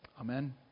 Amen